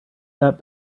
that